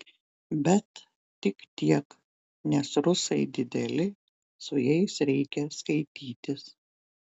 bet tik tiek nes rusai dideli su jais reikia skaitytis